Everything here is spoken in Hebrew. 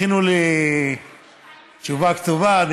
הכינו לי תשובה כתובה,